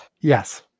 Yes